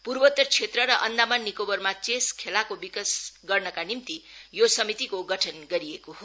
पूर्वोतर क्षेत्र र आन्दामन निकोबरमा चेस खेलाको विकास गर्नका निम्ति यो समितिको गठन गरिएको हो